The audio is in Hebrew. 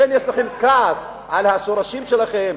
לכן יש לכם כעס על השורשים שלכם,